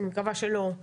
ואני מקווה שלא,